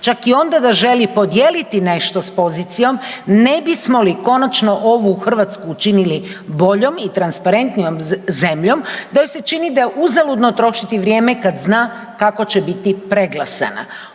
čak i onda da želi podijeliti nešto s pozicijom ne bismo li konačno ovu Hrvatsku učinili boljom i transparentnijom zemljom, da joj se čini da je uzaludno trošiti vrijeme kad zna kako će biti preglasana.